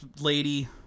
lady